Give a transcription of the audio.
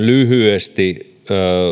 lyhyesti